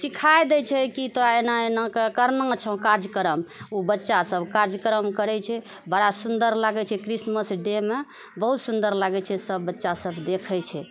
सिखाय दैत छै की तोरा एना एना करना छौ कार्यक्रम ओ बच्चासभ कार्यक्रम करैत छै बड़ा सुन्दर लागैत छै क्रिसमस डेमे बहुत सुन्दर लागैत छै सभ बच्चासभ देखैत छै